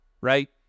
right